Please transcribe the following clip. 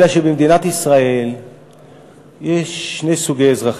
אלא שבמדינת ישראל יש שני סוגי אזרחים.